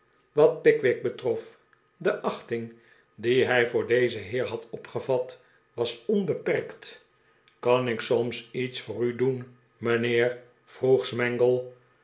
wat pickwick betrof de achting die hij voor dezen heer had opgevat was onbeperkt kan ik soms iets voor u doen mijnheer vroeg